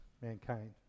mankind